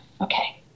okay